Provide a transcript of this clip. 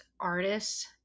artists